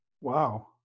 Wow